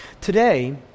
Today